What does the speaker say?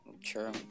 True